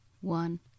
one